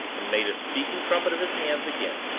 and made a speaking-trumpet of his hands again.